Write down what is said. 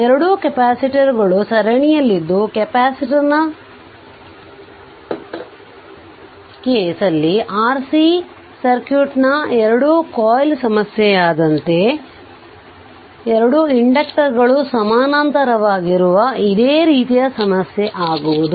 2 ಕೆಪಾಸಿಟರ್ಗಳು ಸರಣಿಯಲ್ಲಿದ್ದುಕೆಪಾಸಿಟರ್ case RC circuit ನ 2 ಕಾಯಿಲ್ ಸಮಸ್ಯೆಯಾದಂತೆ 2 ಇಂಡಕ್ಟರುಗಳು ಸಮಾನಾಂತರವಾಗಿರುವಾಗ ಇದೇ ರೀತಿಯ ಸಮಸ್ಯೆಆಗುವುದು